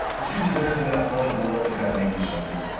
the truth is there isn't enough political will to kind of make these changes.